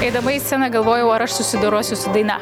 eidama į sceną galvojau ar aš susidorosiu su daina